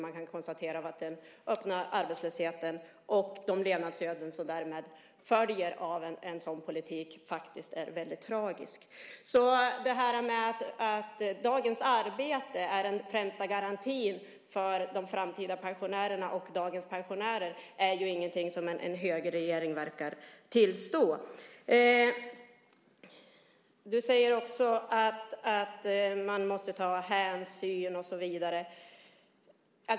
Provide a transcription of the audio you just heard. Man kan konstatera att den öppna arbetslösheten och de levnadsöden som följer av en sådan här politik är tragiska. Detta med att dagens arbete är den främsta garantin för de framtida pensionärerna och dagens pensionärer är ingenting som en högerregering verkar tillstå. Du säger att man måste ta hänsyn och så vidare.